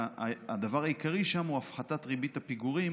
הדבר העיקרי שם הוא הפחתת ריבית הפיגורים